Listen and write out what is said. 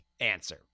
answer